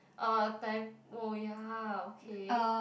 uh Typo ya okay